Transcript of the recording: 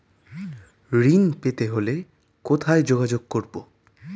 ঋণ পেতে হলে কোথায় যোগাযোগ করব?